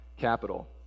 capital